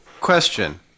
question